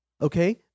okay